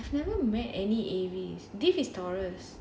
I've never met any aries dave is taurus